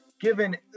Given